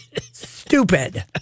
stupid